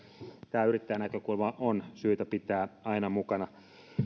tämä yrittäjänäkökulma on syytä pitää aina mukana